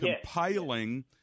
compiling